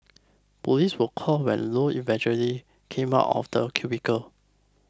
police were called when low eventually came out of the cubicle